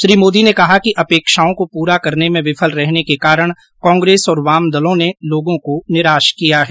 श्री मोदी ने कहा कि अपेक्षाओं को पूरा करने में विफल रहने के कारण कांग्रेस और वामदलों ने लोगों को निराश किया है